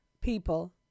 people